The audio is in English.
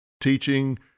teaching